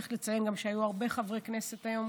צריך גם לציין שהיו הרבה חברי כנסת היום,